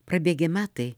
prabėgę metai